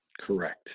Correct